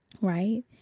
Right